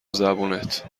زبونت